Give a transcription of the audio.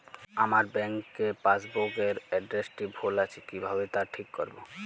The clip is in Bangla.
আমার ব্যাঙ্ক পাসবুক এর এড্রেসটি ভুল আছে কিভাবে তা ঠিক করবো?